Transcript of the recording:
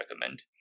recommend